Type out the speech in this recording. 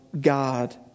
God